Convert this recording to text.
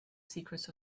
secrets